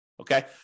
Okay